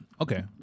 Okay